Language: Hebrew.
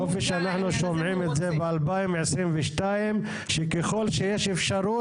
יופי שאנחנו שומעים את זה ב-2022 שככל שיש אפשרות,